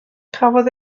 cafodd